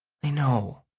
i know,